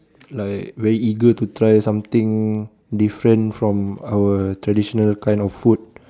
like very eager to try something different from our traditional kind of food